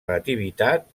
nativitat